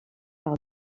par